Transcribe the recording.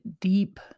deep